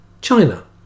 China